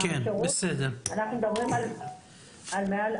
אנחנו מדברים על מעל,